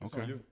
Okay